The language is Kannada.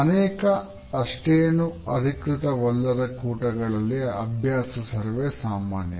ಅನೇಕ ಅಷ್ಟೇನೂ ಅಧಿಕೃತವಲ್ಲದ ಕೂಟಗಳಲ್ಲಿ ಅಭ್ಯಾಸ ಸರ್ವೇಸಾಮಾನ್ಯ